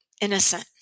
innocent